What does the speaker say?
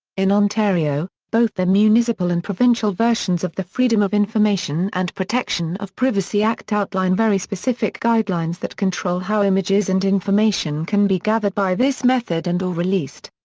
in ontario, both the municipal and provincial versions of the freedom of information and protection of privacy act outline very specific guidelines that control how images and information can be gathered by this method and or released.